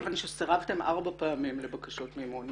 כיוון שסירבתם ארבע פעמים לבקשות מימון,